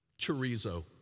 Chorizo